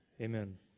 amen